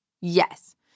Yes